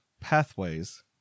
pathways